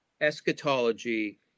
eschatology